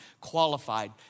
qualified